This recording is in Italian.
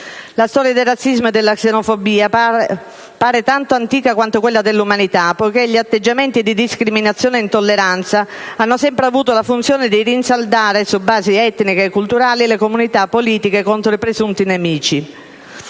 La storia del razzismo e della xenofobia pare tanto antica quanto quella dell'umanità, poiché gli atteggiamenti di discriminazione e intolleranza hanno sempre avuto la funzione di rinsaldare su basi etniche e culturali le comunità politiche contro i presunti nemici.